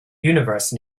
universe